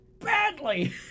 badly